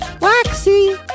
Waxy